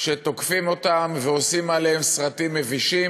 שתוקפים אותן ועושים עליהן סרטים מבישים.